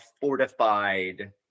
fortified